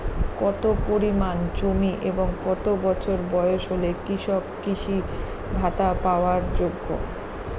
কত পরিমাণ জমি এবং কত বছর বয়স হলে কৃষক কৃষি ভাতা পাওয়ার যোগ্য?